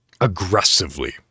aggressively